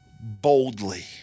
boldly